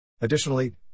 Additionally